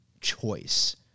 choice